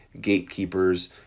gatekeepers